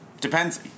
Depends